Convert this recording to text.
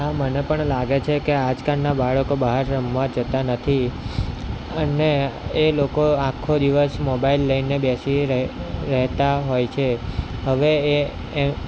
હા મને પણ લાગે છે કે આજકાલના બાળકો બહાર રમવા જતા નથી અને એ લોકો આખો દિવસ મોબાઈલ લઈને બેસી રહે રહેતા હોય છે હવે એ